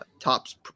tops